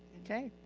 okay.